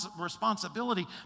responsibility